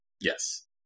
Yes